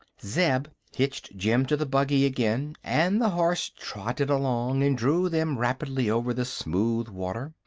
zeb hitched jim to the buggy again, and the horse trotted along and drew them rapidly over the smooth water.